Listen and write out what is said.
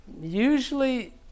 Usually